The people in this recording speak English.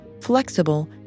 flexible